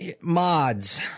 mods